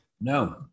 No